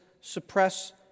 suppress